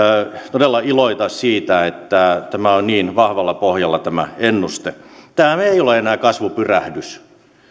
todella iloita siitä että tämä ennuste on niin vahvalla pohjalla tämä ei ole enää kasvupyrähdys